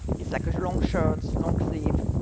it's like a long shirt, long sleeve,